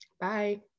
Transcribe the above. bye